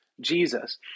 Jesus